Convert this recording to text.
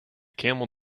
camel